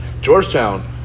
Georgetown